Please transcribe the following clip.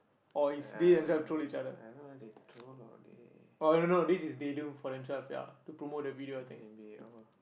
I don't know they troll or they i think maybe lor